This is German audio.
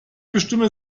bestimme